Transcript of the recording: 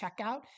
checkout